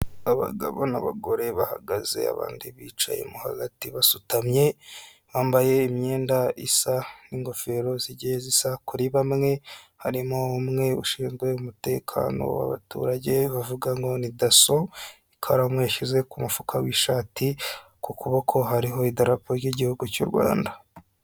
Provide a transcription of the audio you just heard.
Abagabo n'abagore bahagaze, abandi bicayemo hagati basutamye, bambaye imyenda isa n'ingofero zigiye zisa kuri bamwe, harimo umwe ushinzwe umutekano w'abaturage bavuga ngo ni daso, ikaramu yashyize ku mufuka w'ishati, ku kuboko hariho idarapo ry'igihugu cy'u Rwanda.